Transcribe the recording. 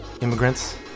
Immigrants